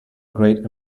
great